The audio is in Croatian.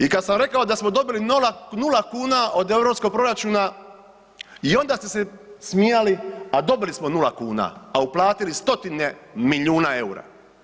I kada sam rekao da smo dobili nula kuna od europskog proračuna i onda ste se smijali, a dobili smo nula kuna, a uplatili stotine milijuna eura.